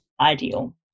ideal